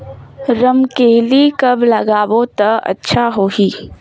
रमकेलिया कब लगाबो ता अच्छा होही?